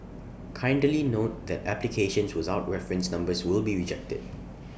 kindly note that applications without reference numbers will be rejected